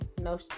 no